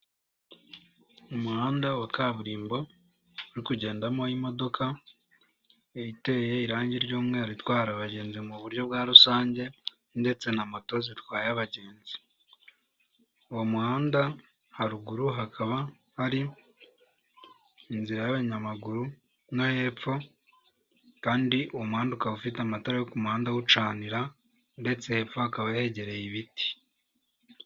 Umuhanda wa kaburimbo, uri kugendamo imodoka, iteye irangi ry'umweru itwara abagenzi mu buryo bwa rusange ndetse na moto zitwaye abagenzi. Uwo muhanda haruguru hakaba hari, inzira y'abanyamaguru no hepfo kandi uwo muhanda ukaba ufite amatara yo ku muhanda awucanira ndetse hepfo hakaba hegereye ibiti.